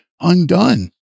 undone